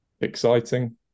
exciting